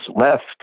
left